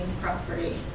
property